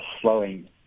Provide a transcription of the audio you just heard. slowing